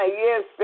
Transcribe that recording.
yes